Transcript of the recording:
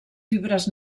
fibres